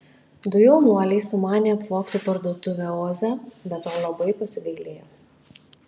du jaunuoliai sumanė apvogti parduotuvę oze bet to labai pasigailėjo